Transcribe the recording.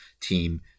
team